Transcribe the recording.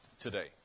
today